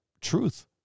Truth